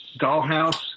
Dollhouse